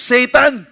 Satan